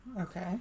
Okay